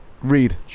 Read